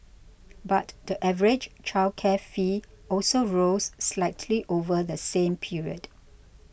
but the average childcare fee also rose slightly over the same period